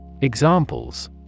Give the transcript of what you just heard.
Examples